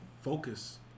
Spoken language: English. focus